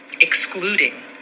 excluding